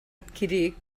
adquirir